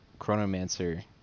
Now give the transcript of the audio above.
Chronomancer